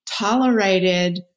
tolerated